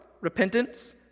repentance